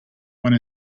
one